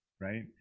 right